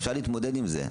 אפשר להתמודד עם זה,